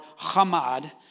Hamad